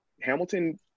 hamilton